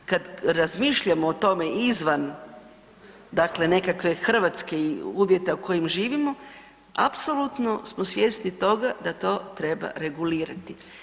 Kad razmišljamo o tome izvan, dakle nekakvih hrvatskih uvjeta u kojim živimo apsolutno smo svjesni toga da to treba regulirati.